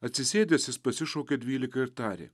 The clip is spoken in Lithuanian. atsisėdęs jis pasišaukė dvyliką ir tarė